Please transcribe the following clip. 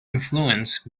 influenced